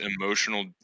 emotional